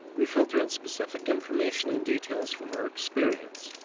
we filter in specific information and details from our experience.